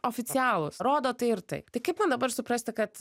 oficialūs rodo tai ir tai tai kaip man dabar suprasti kad